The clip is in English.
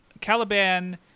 Caliban